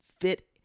fit